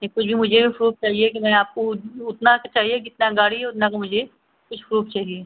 एक तो यह मुझे भी प्रूफ़ चाहिए कि मैं आपको उतना तो चाहिए जितना गाड़ी हो उतना तो मुझे कुछ प्रूफ़ चाहिए